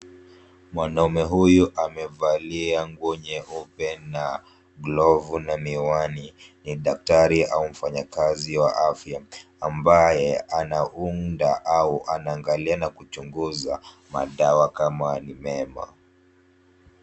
Mwanaume huyu amevalia nguo nyeupe na glovu na miwani , ni daktari au mfanyakazi wa afya , ambaye anaunda au anaangalia na kuchunguza madawa kama ni mema.